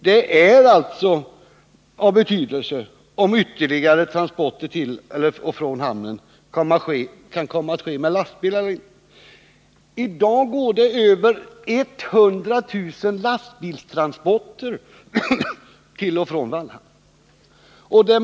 Det är också av betydelse om ytterligare transporter till och från hamnen kommer att ske med lastbil. I dag går över 100 000 lastbilstransporter till och från Vallhamn.